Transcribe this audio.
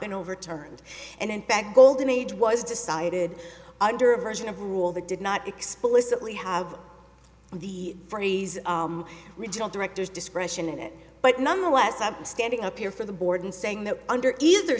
been overturned and in fact golden age was decided under a version of rule that did not explicitly have the phrase regional directors discretion in it but nonetheless i'm standing up here for the board saying that under either